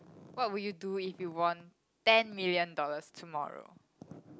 what would you do if you won ten million dollars tomorrow